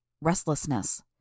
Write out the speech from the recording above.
Restlessness